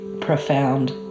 profound